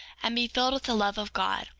and be filled with the love of god,